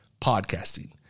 podcasting